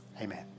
Amen